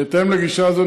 בהתאם לגישה זו,